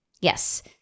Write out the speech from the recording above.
Yes